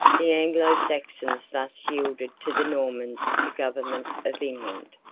the anglo-saxons thus yielded to the normans the government of england.